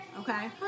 okay